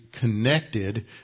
connected